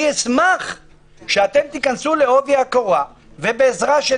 אני אשמח שאתם תיכנסו לעובי הקורה ובעזרה של